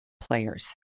players